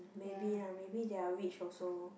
maybe ah maybe they're rich also